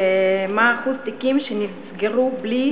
ומה אחוז התיקים שנסגרו בלי